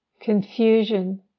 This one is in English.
confusion